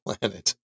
planet